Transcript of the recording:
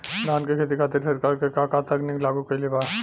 धान क खेती खातिर सरकार का का तकनीक लागू कईले बा?